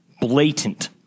blatant